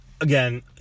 again